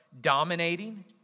dominating